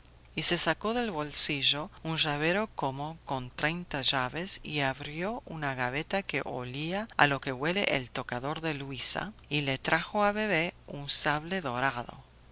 y se sacó del bolsillo un llavero como con treinta llaves y abrió una gaveta que olía a lo que huele el tocador de luisa y le trajo a bebé un sable dorado